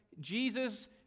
Jesus